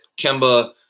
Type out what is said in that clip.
Kemba